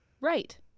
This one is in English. Right